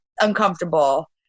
uncomfortable